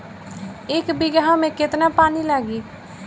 एक बिगहा में केतना पानी लागी?